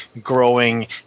growing